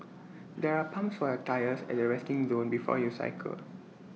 there are pumps for your tyres at the resting zone before you cycle